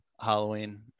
Halloween